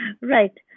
Right